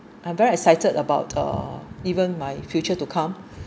I'm very excited about uh even my future to come